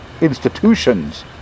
institutions